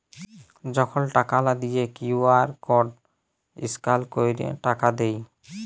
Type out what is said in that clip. যখল টাকা লা দিঁয়ে কিউ.আর কড স্ক্যাল ক্যইরে টাকা দেয়